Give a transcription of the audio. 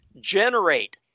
generate